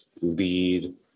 lead